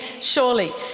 surely